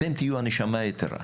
אתם תהיו הנשמה היתרה,